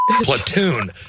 platoon